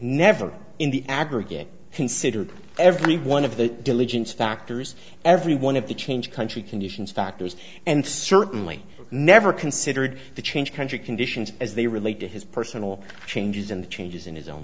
never in the aggregate consider every one of the diligence factors every one of the change country conditions factors and certainly never considered the change country conditions as they relate to his personal changes in the changes in his own